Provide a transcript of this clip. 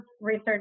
research